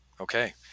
okay